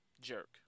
jerk